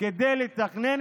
כדי לתכנן,